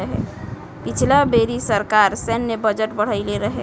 पिछला बेरी सरकार सैन्य बजट बढ़इले रहे